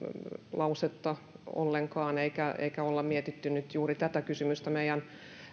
lausetta ollenkaan eikä olla mietitty nyt juuri tätä kysymystä meidän